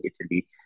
Italy